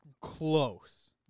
close